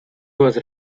was